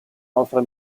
offre